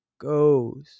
goes